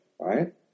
right